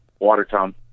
Watertown